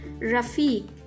Rafi